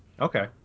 Okay